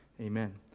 amen